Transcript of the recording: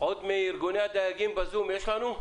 עוד מארגוני הדייגים ב"זום" יש לנו,